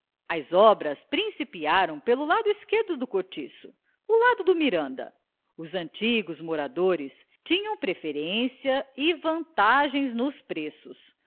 as obras principiaram pelo lado esquerdo do cortiço o lado do miranda os antigos moradores tinham preferência e vantagens nos preços